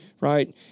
Right